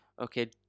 okay